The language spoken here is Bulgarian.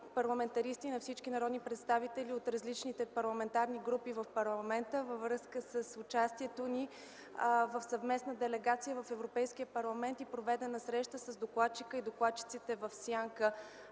парламентаристи, на всички народни представители от различните парламентарни групи в парламента, е участието ни в съвместна делегация в Европейския парламент и проведена среща с докладчика и докладчиците в сянка